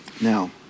Now